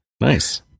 Nice